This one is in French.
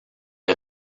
est